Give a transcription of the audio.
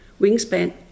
wingspan